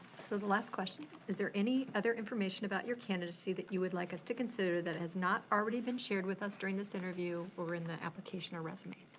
so the last question, is there any other information about your candidacy that you would like us to consider that has not already been shared with us during this interview or in the application or resume.